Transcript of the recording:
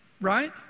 Right